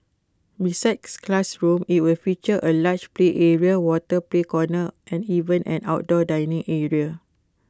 besides classrooms IT will feature A large play area water play corner and even an outdoor dining area